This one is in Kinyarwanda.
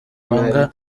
banga